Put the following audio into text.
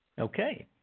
Okay